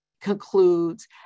Concludes